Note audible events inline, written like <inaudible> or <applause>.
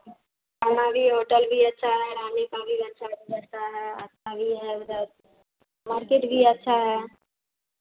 खाना भी होटल भी अच्छा है रहने का भी अच्छा व्यवस्था है <unintelligible> भी है इधर मार्केट भी अच्छा है